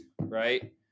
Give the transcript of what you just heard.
right